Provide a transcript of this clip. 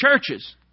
churches